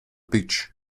beach